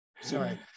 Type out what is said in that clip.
sorry